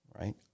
right